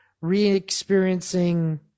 re-experiencing